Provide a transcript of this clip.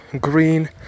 green